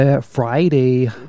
Friday